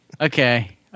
Okay